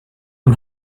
und